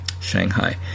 Shanghai